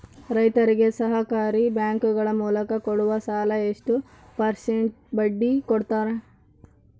ರೈತರಿಗೆ ಸಹಕಾರಿ ಬ್ಯಾಂಕುಗಳ ಮೂಲಕ ಕೊಡುವ ಸಾಲ ಎಷ್ಟು ಪರ್ಸೆಂಟ್ ಬಡ್ಡಿ ಕೊಡುತ್ತಾರೆ?